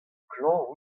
klañv